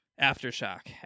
Aftershock